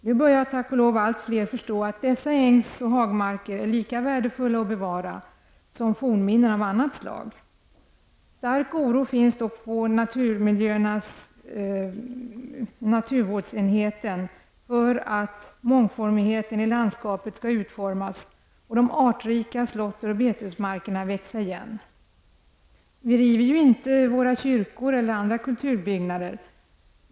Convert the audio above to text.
Nu börjar tack och lov allt fler förstå att dessa ängsoch hagmarker är lika värdefulla att bevara som fornminnen av annat slag. Stark oro finns dock på naturvårdsenheten för att naturmiljöernas mångformighet skall utarmas och de artrika slåtteroch betesmarkerna växa igen. Vi river inte våra kyrkor eller andra kulturbyggnader.